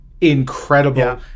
incredible